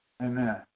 Amen